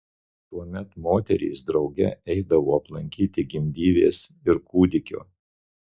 tuomet moterys drauge eidavo aplankyti gimdyvės ir kūdikio